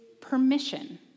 permission